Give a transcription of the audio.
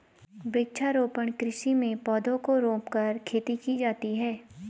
वृक्षारोपण कृषि में पौधों को रोंपकर खेती की जाती है